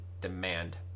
demand